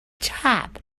top